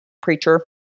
preacher